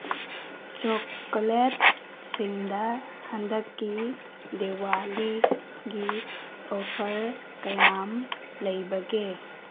ꯆꯣꯛꯀꯂꯦꯠꯁꯤꯡꯗ ꯍꯟꯗꯛꯀꯤ ꯗꯦꯋꯥꯂꯤꯒꯤ ꯑꯣꯐꯔ ꯀꯌꯥꯝ ꯂꯩꯕꯒꯦ